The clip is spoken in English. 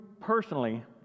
personally